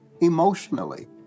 emotionally